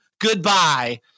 Goodbye